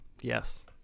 yes